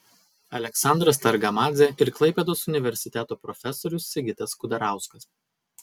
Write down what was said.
aleksandras targamadzė ir klaipėdos universiteto profesorius sigitas kudarauskas